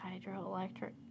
hydroelectric